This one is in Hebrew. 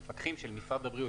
המפקחים של משרד הבריאות,